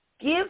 Give